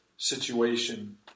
situation